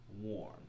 warm